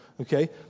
Okay